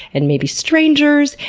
and maybe strangers,